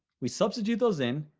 we substitute those in,